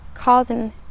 causing